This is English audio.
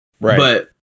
Right